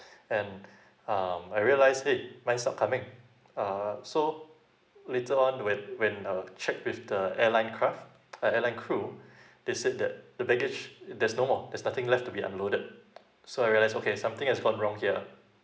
and um I realised wait mine is not coming uh so later on when when uh check with the airline craft uh airline crew they said that the baggage there's no more there's nothing left to be unloaded so I realise okay something has gone wrong here